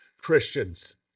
Christians